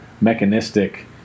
mechanistic